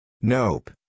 Nope